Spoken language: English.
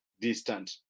distant